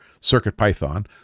CircuitPython